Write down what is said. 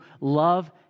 love